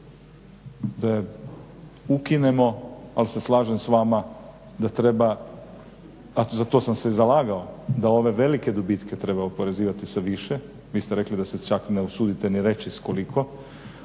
da je ukinemo ali se slažem s vama da treba a za to sam se i zalagao da ove velike dobitke treba oporezivati sa više, vi ste rekli da se čak ne usudite ni reći s koliko